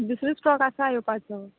दुसरो स्टोक आसा येवपाचो